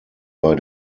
bei